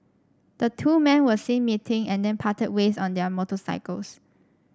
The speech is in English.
the two men were seen meeting and then parted ways on their motorcycles